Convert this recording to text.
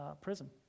prison